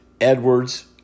Edwards